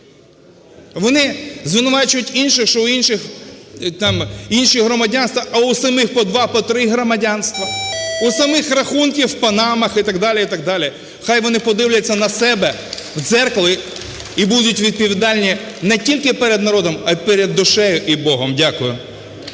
Вони звинувачують інших, що у інших там інші громадянства, а у самих по два, по три громадянства, у самих рахунки в панамах і так далі, і так далі. (Оплески) Хай вони подивляться на себе в дзеркало і будуть відповідальні не тільки перед народом, але й перед душею і Богом. Дякую.